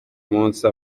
munsi